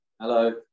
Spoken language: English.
hello